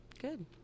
good